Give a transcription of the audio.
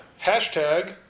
Hashtag